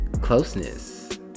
closeness